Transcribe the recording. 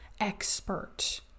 expert